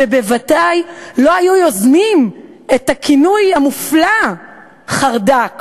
ובוודאי לא היו יוזמים את הכינוי המופלא חרד"ק.